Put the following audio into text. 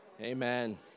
Amen